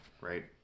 right